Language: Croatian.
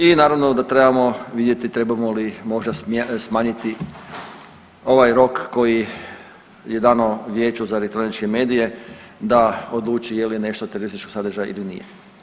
I naravno da trebamo vidjeti trebamo li možda smanjiti ovaj rok koji je dano Vijeću za elektroničke medije, da odluči je li nešto terorističkog sadržaja ili nije.